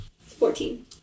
Fourteen